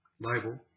label